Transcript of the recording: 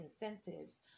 incentives